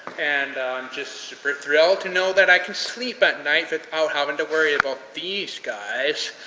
and i'm just super thrilled to know that i can sleep at night without having to worry about these guys.